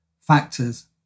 factors